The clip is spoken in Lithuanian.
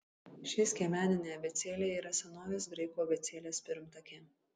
ši skiemeninė abėcėlė yra senovės graikų abėcėlės pirmtakė